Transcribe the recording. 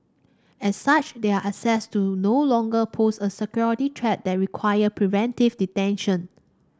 as such they are assessed to no longer pose a security threat that required preventive detention